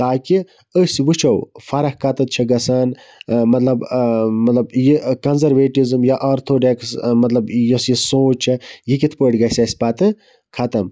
تاکہِ أسۍ وٕچھو فَرَق کَتیٚتھ چھِ گَژھان مَطلَب مَطلَب یہِ کَنزَرویٹِزِم یا آرتھوڈاکس یۄس یہِ سونٛچ چھےٚ یہِ کِتھ پٲٹھۍ گَژھِ اَسہِ پَتہٕ ختم